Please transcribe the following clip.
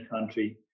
country